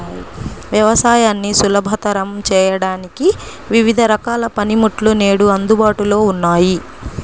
వ్యవసాయాన్ని సులభతరం చేయడానికి వివిధ రకాల పనిముట్లు నేడు అందుబాటులో ఉన్నాయి